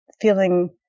feeling